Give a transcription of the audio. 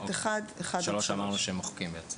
את (3) אמרנו שמוחקים.